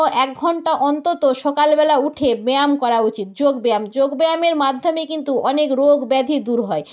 এক ঘণ্টা অন্তত সকালবেলা উঠে ব্যায়াম করা উচিত যোগব্যায়াম যোগব্যায়ামের মাধ্যমে কিন্তু অনেক রোগ ব্যাধি দূর হয়